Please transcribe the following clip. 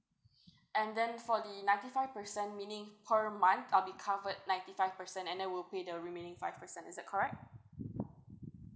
and then for the ninety five percent meaning per month I'll be covered ninety five percent and I will pay the remaining five percent is it correct